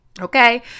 Okay